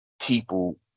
people